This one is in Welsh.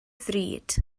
ddrud